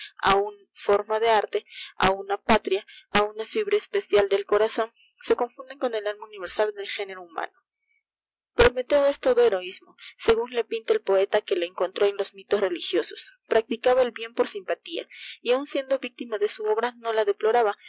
una forma de arte á una patria á una fibra elpecial del corzon se confunden con el alma universal del género humano prometeo es todo heroismo segun le pinta el poeta que le encontró en os mitos religiosos practicaba el bien por simpatia y aun siendo víctima de su obra no a deploraba